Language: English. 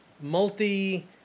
multi